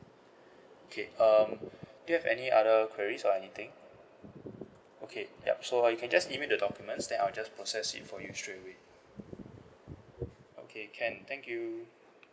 okay um do you have any other queries or anything okay yup so you can just email the documents then I'll just process it for you straight away okay can thank you